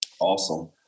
Awesome